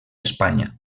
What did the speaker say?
espanya